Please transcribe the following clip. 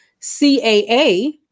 CAA